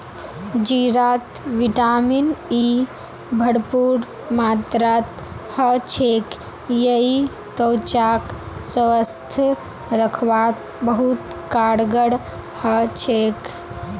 जीरात vitamin E भरपूर मात्रात ह छेक यई त्वचाक स्वस्थ रखवात बहुत कारगर ह छेक